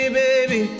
baby